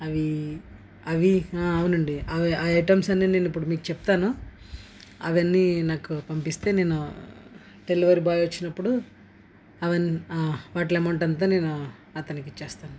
అవి అవి అవునండి ఆ ఐటమ్స్ అన్నీ నేను ఇప్పుడు మీకు చెప్తాను అవన్నీ నాకు పంపిస్తే నేను డెలివరీ బాయ్ వచ్చినప్పుడు అవి వాటిల అమౌంట్ అంత నేను అతనికి ఇచ్చేస్తాను